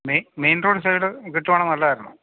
main road side കിട്ടുവാണെ നല്ലതായിരുന്നു